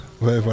Ouais